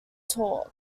talk